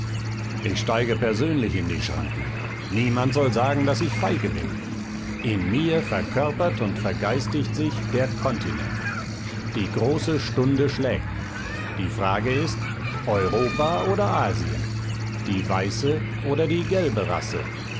ich steige persönlich in die schranken niemand soll sagen daß ich feige bin in mir verkörpert und vergeistigt sich der kontinent die große stunde schlägt die frage ist europa oder asien die weiße oder die gelbe rasse